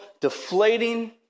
deflating